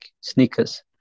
sneakers